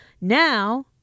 now